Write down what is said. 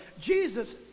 Jesus